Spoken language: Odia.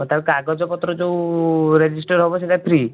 ତା କାଗଜପତ୍ର ଯେଉଁ ରେଜିଷ୍ଟର୍ ହେବ ସେଇଟା ଫ୍ରୀ